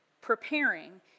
preparing